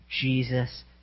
Jesus